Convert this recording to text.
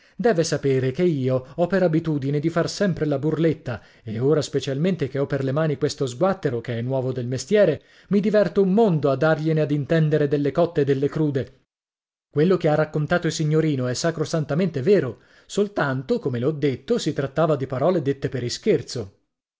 deve sapere che io ho per abitudine di far sempre la burletta e ora specialmente che ho per le mani questo sguattero che è nuovo del mestiere mi diverto un mondo a dargliene ad intendere delle cotte e delle crude quello che ha raccontato il signorino è sacrosantamente vero soltanto come le ho detto si trattava di parole dette per ischerzo